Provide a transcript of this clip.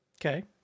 Okay